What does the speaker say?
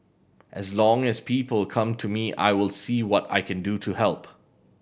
as long as people come to me I will see what I can do to help